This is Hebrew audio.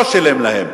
לא שילם להם.